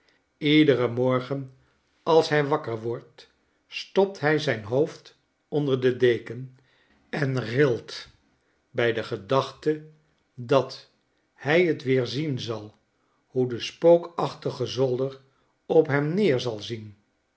iederen morgen als hij wakker wordt stopt hij zijn hoofd onder de deken en rilt bij de gedachte dat hij t weer zien zal hoe de spookachtige zolderop hem neer zal zien